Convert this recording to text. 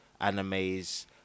animes